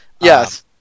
Yes